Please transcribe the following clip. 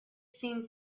seemed